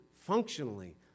functionally